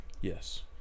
Yes